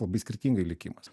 labai skirtingai likimas